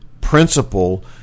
principle